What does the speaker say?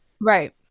Right